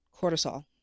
cortisol